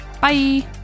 bye